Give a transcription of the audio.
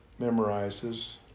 memorizes